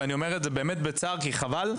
ואני אומר את זה באמת בצער, כי זה חבל.